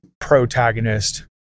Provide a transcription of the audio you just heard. protagonist